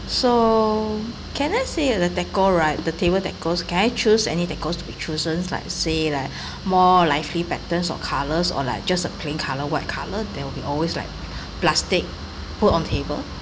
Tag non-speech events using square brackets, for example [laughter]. so can I say it the decor right the table decors can I choose any decors to be chosen like say like [breath] more lively patterns or colours or like just a plain colour white colour there'll be always like plastic put on table